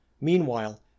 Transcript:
Meanwhile